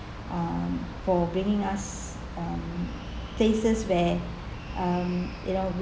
um for bringing us um places where um you know